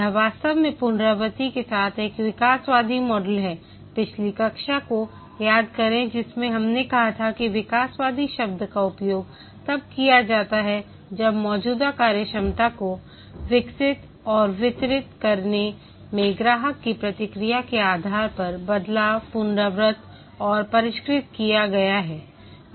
यह वास्तव में पुनरावृत्ति के साथ एक विकासवादी मॉडल है पिछली कक्षा को याद करें जिसमें हमने कहा था कि विकासवादी शब्द का उपयोग तब किया जाता है जब मौजूदा कार्यक्षमता को विकसित और वितरित करने में ग्राहक की प्रतिक्रिया के आधार पर बदलाव पुनरावृत्त और परिष्कृत किए गए है